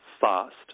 fast